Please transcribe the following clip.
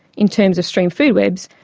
in terms of stream food webs,